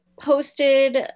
posted